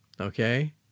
Okay